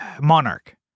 Monarch